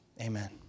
Amen